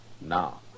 Now